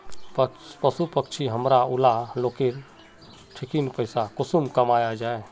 पशु पक्षी हमरा ऊला लोकेर ठिकिन पैसा कुंसम कमाया जा?